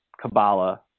Kabbalah